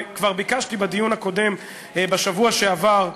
וכבר ביקשתי בדיון הקודם בשבוע שעבר,